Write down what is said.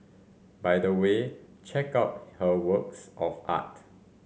by the way check out her works of art